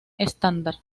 estándar